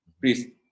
please